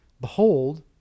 behold